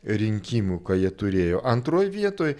rinkimų ką jie turėjo antroj vietoj